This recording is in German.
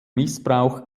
missbrauch